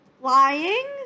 flying